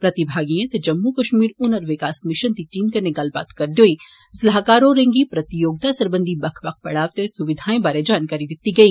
प्रतिभागिएं ते जम्मू कश्मीर हुनर विकास मिशन दी टीम कन्नै गल्लबात करदे होई सलाहकार होरें गी प्रतियोगिता सरबंधी बक्ख बक्ख पढ़ा वते सुविघाएं बारै जानकारी दिती गेई